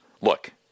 look